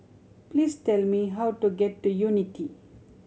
please tell me how to get to Unity